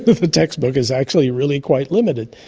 the textbook is actually really quite limited.